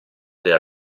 del